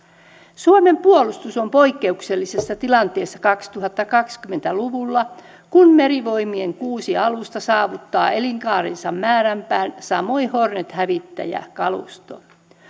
suomen puolustus on poikkeuksellisessa tilanteessa kaksituhattakaksikymmentä luvulla kun merivoimien kuusi alusta saavuttaa elinkaarensa määränpään ja samoin hornet hävittäjäkalusto